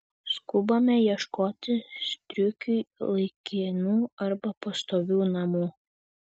skubame ieškoti striukiui laikinų arba pastovių namų